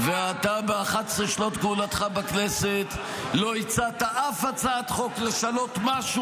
אתה ב-11 שנות כהונתך בכנסת לא הצעת אף הצעת חוק לשנות משהו